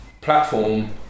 platform